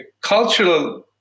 cultural